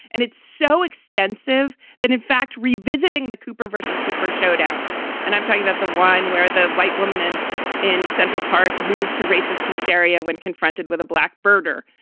and it's so extensive that, in fact, revisiting the cooper vs. cooper showdown and i'm talking about the one where the white woman in in central park moved to racist hysteria when confronted with a black birder.